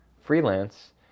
freelance